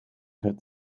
het